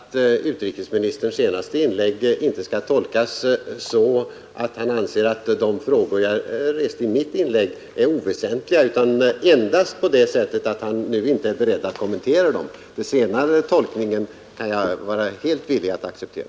Herr talman! Jag hoppas att utrikesministerns senaste inlägg inte skall tolkas så, att han anser att de frågor jag reste i mitt inlägg är oväsentliga, utan endast på det sättet att han nu inte är beredd att kommentera dem. Den senare tolkningen är jag helt villig att acceptera.